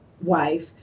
wife